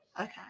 okay